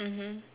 mmhmm